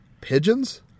pigeons